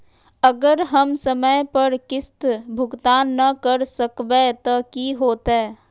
अगर हम समय पर किस्त भुकतान न कर सकवै त की होतै?